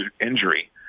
Injury